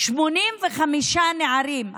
85 נערים.